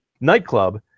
nightclub